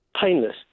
painless